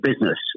business